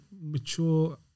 mature